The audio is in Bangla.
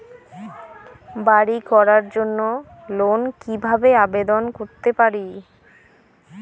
বাড়ি করার জন্য লোন কিভাবে আবেদন করতে পারি?